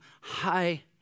high